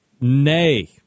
nay